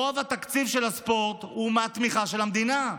רוב התקציב של הספורט הוא מהתמיכה של המדינה,